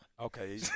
Okay